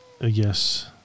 Yes